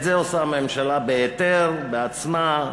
את זה עושה הממשלה בהיתר בעצמה,